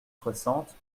soixante